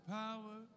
power